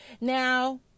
Now